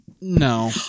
No